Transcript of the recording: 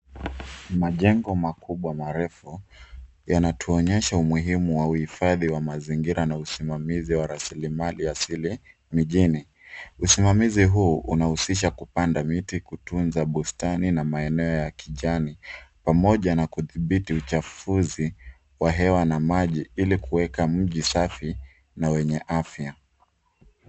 Majengo makubwa marefu yanatuonyesha umuhimu wa uhifadhi wa mazingira na usimamizi wa rasilimali asili mijini. Usimamizi huu unahusisha kupanda miti kutunza bustani na maeneo ya kijani pamoja na kudhibiti uchafuzi wa hewa na maji ili kuweka mji safi na wenye afya.